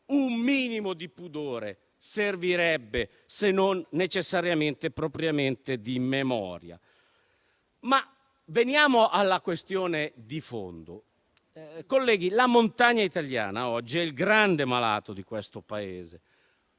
Un minimo di pudore servirebbe, se non necessariamente e propriamente un minimo di memoria. Ma veniamo alla questione di fondo. Colleghi, la montagna italiana oggi è il grande malato di questo Paese,